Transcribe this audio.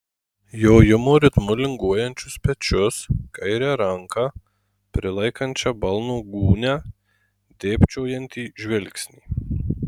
jojimo ritmu linguojančius pečius kairę ranką prilaikančią balno gūnią dėbčiojantį žvilgsnį